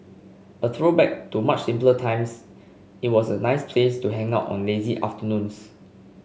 a throwback to much simpler times it was a nice place to hang out on lazy afternoons